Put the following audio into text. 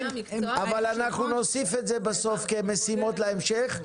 אבל אנחנו נוסיף את זה בסוף כמשימות להמשך.